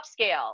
upscale